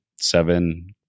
seven